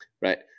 right